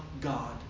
God